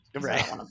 Right